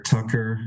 Tucker